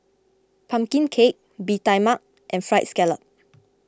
Pumpkin Cake Bee Tai Mak and Fried Scallop